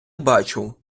бачу